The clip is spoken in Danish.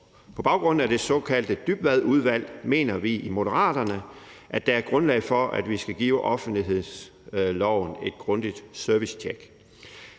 På baggrund af det såkaldte Dybvadudvalg mener vi i Moderaterne, at der er grundlag for, at vi skal give offentlighedsloven et grundigt servicetjek.